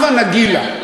הבה נגילה.